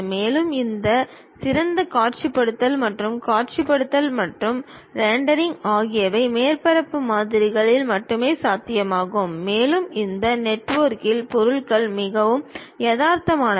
மேலும் சிறந்த காட்சிப்படுத்தல் மற்றும் காட்சிப்படுத்தல் மற்றும் ரெண்டரிங் ஆகியவை மேற்பரப்பு மாதிரிகளில் மட்டுமே சாத்தியமாகும் மேலும் இந்த நெட்வொர்க்கில் பொருள்கள் மிகவும் யதார்த்தமானவை